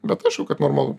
bet aišku kad normalu